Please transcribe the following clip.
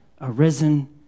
arisen